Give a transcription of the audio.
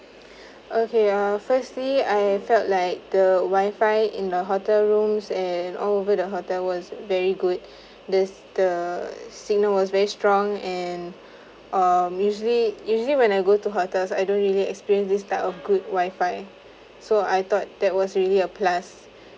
okay uh firstly I felt like the wifi in the hotel rooms and all over the hotel was very good this the signal was very strong and um usually usually when I go to hotels I don't really experience this type of good wifi so I thought that was really a plus